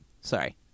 sorry